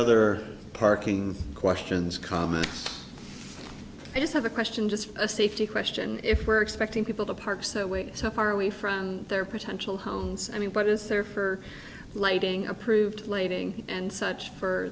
other parking questions comments i just have a question just a safety question if we're expecting people to parks that way so far away from their potential homes i mean but is there for lighting approved lighting and such for